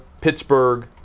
Pittsburgh